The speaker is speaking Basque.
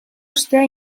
ostea